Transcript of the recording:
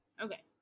Okay